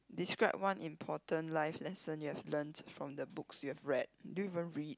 describe one important life lesson you have learnt from the books you've read do you even read